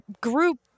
group